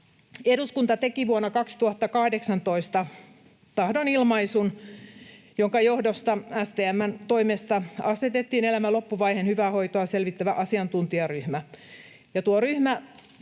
Eduskunta teki vuonna 2018 tahdonilmaisun, jonka johdosta STM:n toimesta asetettiin elämän loppuvaiheen hyvää hoitoa selvittävä asiantuntijatyöryhmä.